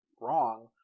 wrong